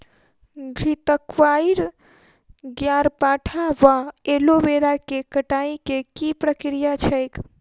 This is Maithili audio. घृतक्वाइर, ग्यारपाठा वा एलोवेरा केँ कटाई केँ की प्रक्रिया छैक?